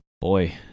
boy